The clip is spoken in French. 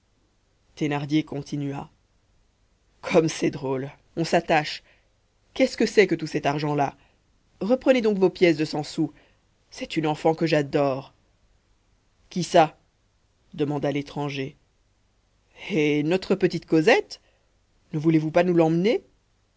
thénardier continua comme c'est drôle on s'attache qu'est-ce que c'est que tout cet argent-là reprenez donc vos pièces de cent sous c'est une enfant que j'adore qui ça demanda l'étranger hé notre petite cosette ne voulez-vous pas nous l'emmener